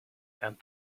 and